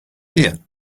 here